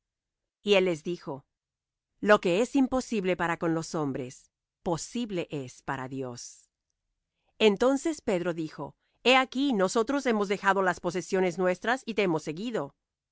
y él les dijo lo que es imposible para con los hombres posible es para dios entonces pedro dijo he aquí nosotros hemos dejado las posesiones nuestras y te hemos seguido